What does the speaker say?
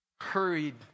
hurried